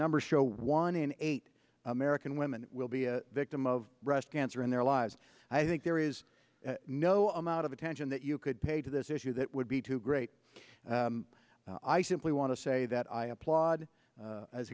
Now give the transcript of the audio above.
numbers show one in eight american women will be a victim of breast cancer in their lives i think there is no amount of attention that you could pay to this issue that would be too great i simply want to say that i applaud